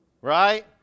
right